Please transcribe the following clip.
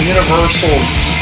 Universal's